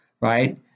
right